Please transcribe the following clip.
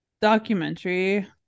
documentary